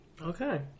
Okay